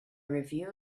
review